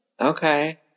Okay